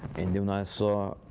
and then i saw,